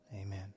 amen